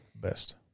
best